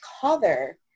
color